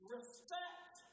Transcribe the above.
Respect